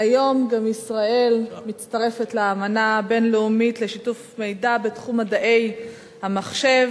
מהיום גם ישראל מצטרפת לאמנה הבין-לאומית לשיתוף מידע בתחום מדעי המחשב,